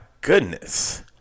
goodness